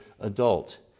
adult